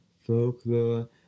folklore